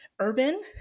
urban